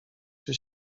się